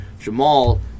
Jamal